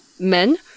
men